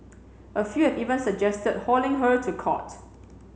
a few have even suggested hauling her to court